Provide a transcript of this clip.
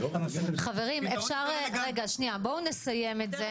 חברים, בואו נסיים את זה.